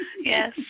Yes